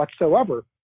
whatsoever